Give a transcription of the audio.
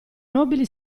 nobili